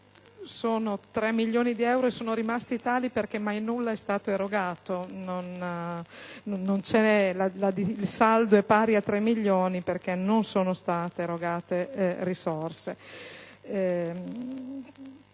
Sono 3 milioni di euro e sono rimasti tali perché mai nulla è stato erogato. Il saldo, cioè, è pari a tre milioni perché non sono state erogate risorse.